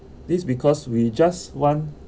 this because we just want